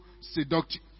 seductive